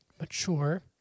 Mature